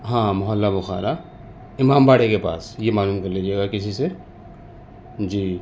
ہاں محلہ بخارا امام باڑے کے پاس یہ معلوم کر لیجیے گا کسی سے جی